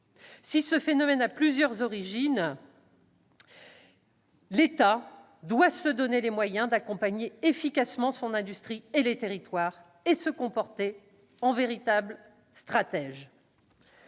Si ce phénomène a plusieurs origines, l'État doit se donner les moyens d'accompagner efficacement son industrie et les territoires et se comporter en véritable stratège.